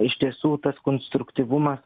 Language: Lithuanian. iš tiesų tas konstruktyvumas